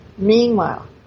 Meanwhile